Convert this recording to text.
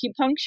acupuncture